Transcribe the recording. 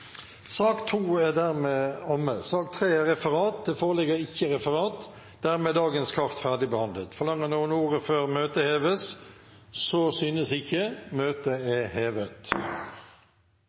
Sak nr. 2, den ordinære spørretimen, er dermed ferdigbehandlet. Det foreligger ikke referat. Dermed er dagens kart ferdigbehandlet. Forlanger noen ordet før møtet heves? – Møtet er hevet.